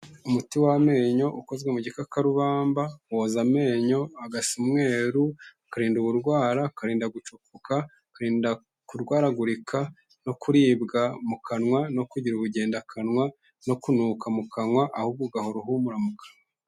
Umuti w'amenyo ukozwe mu gikakarubamba woza amenyo agasamweru, akarinda uburwara, akarinda gucukuka, kurwaragurika no kuribwa mu kanwa no kugira ubugenda akanwa no kunuka mu kanwa ahubwo ugahora uhumuraramuka.